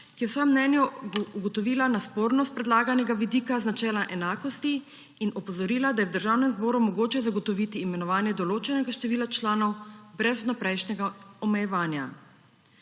ki je v svojem mnenju ugotovila nasprotnost predlaganega vidika z načela enakosti in opozorila, da je v Državnem zboru mogoče zagotoviti imenovanje določenega števila članov brez vnaprejšnjega omejevanja.